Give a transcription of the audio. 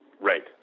Right